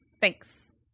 Thanks